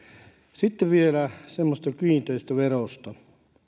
sitten vielä kiinteistöverosta